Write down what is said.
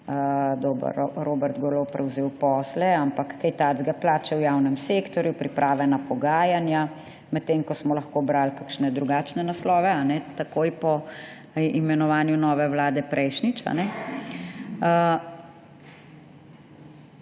primer: Robert Golob prevzel posle, plače v javnem sektorju, priprave na pogajanja. Medtem ko smo lahko brali kakšne drugačne naslove takoj po imenovanju nove vlade prejšnjič.